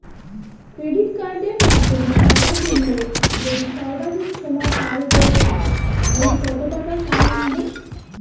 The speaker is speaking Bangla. ক্রেডিট কার্ডের মাধ্যমে টাকা তুললে যদি সর্বাধিক সময় পার করে ফেলি তাহলে কত টাকা ফাইন হবে?